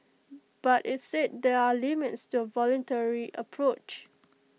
but IT said there are limits to A voluntary approach